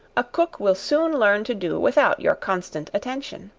a cook will soon learn to do without your constant attention.